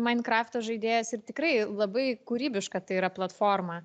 mainkrafto žaidėjas ir tikrai labai kūrybiška tai yra platforma